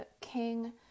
king